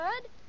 good